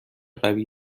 قوی